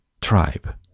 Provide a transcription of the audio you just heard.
tribe